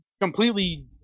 completely